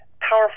powerful